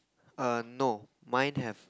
err no mine have